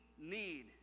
need